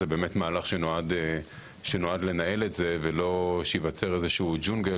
זה מהלך שנועד לנהל את זה ולא שייווצר איזשהו ג'ונגל,